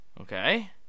okay